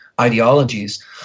ideologies